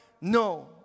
No